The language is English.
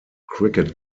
cricket